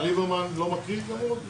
קודם כול, אני מברך את